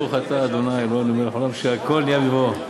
ברוך אתה ה' אלוהינו מלך העולם שהכול נהיה בדברו.